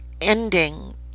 ending